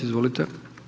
Izvolite.